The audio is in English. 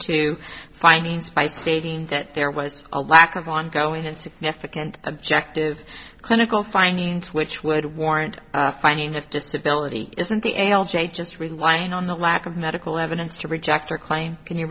to findings by stating that there was a lack of ongoing and significant objective clinical findings which would warrant a finding of disability isn't the a l j just relying on the lack of medical evidence to reject your claim